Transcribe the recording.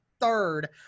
third